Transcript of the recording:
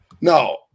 No